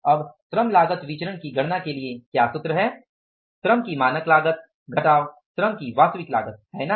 अब श्रम लागत विचरण की गणना के लिए क्या सूत्र है श्रम की मानक लागत घटाव श्रम की वास्तविक लागत है ना